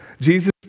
Jesus